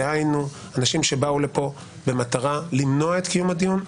דהיינו אנשים שבאו לפה במטרה למנוע את קיום הדיון,